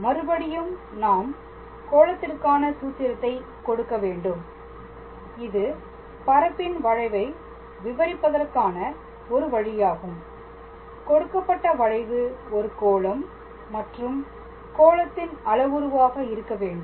மறுபடியும் நாம் கோளத்திற்கான சூத்திரத்தை கொடுக்கவேண்டும் இது பரப்பின் வளைவை விவரிப்பதற்கான ஒரு வழியாகும் கொடுக்கப்பட்ட வளைவு ஒரு கோளம் மற்றும் கோளத்தின் அளவுருவாக இருக்க வேண்டும்